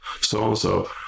so-and-so